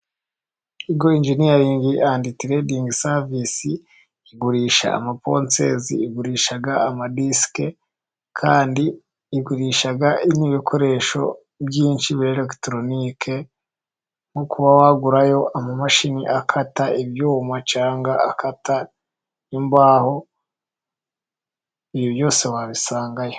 Ingiri injiniyaringi endi teredingi savisi igurisha amaponsezi, igurisha amadisike, kandi igurisha ibikoresho byinshi biri elegitoronike, nko kuba wagurayo amamashini akata ibyuma, cyangwa akata imbaho ,ibi byose wabisangayo.